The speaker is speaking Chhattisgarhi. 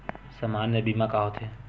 सामान्य बीमा का होथे?